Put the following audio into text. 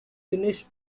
finnish